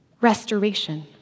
restoration